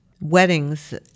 weddings